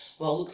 well,